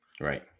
Right